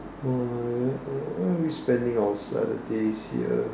oh why are we spending our Saturdays here